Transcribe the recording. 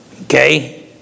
Okay